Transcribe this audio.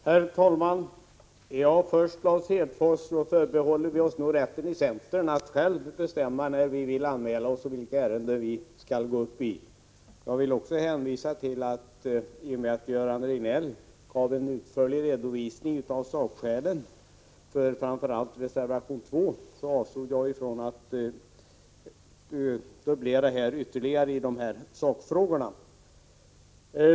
Herr talman! Vi i centern förbehåller oss rätten att själva bestämma när vi vill anmäla oss till debatterna och vilka ärenden vi vill gå upp och diskutera. Jag vill betona, att i och med att Göran Riegnell gav en utförlig redovisning av sakskälen för framför allt reservation 2 avstod jag från att dubblera inläggen i sakfrågorna.